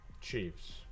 Chiefs